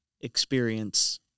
experience